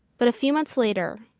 but a few months later,